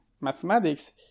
mathematics